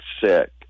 sick